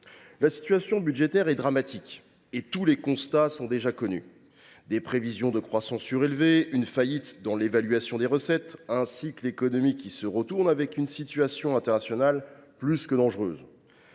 La situation budgétaire est dramatique et tous les constats sont déjà connus : des prévisions de croissance surévaluées, une faillite dans l’évaluation des recettes, un cycle économique qui se retourne, une situation internationale plus que dangereuse.